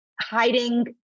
hiding